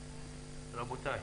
רבותיי,